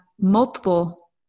multiple